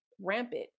rampant